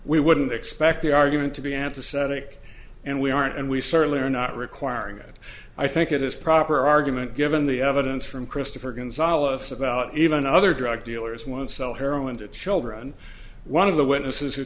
we wouldn't expect the argument to be antiseptic and we aren't and we certainly are not requiring it i think it is proper argument given the evidence from christopher gonzales about even other drug dealers won't sell heroin to children one of the witnesses who